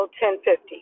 10.50